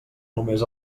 només